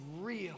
real